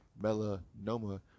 melanoma